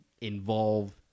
involve